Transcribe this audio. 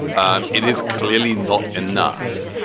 um it is clearly not enough.